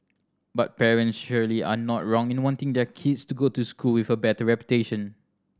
but parents surely are not wrong in wanting their kids to go to schools with a better reputation